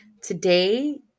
Today